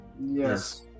Yes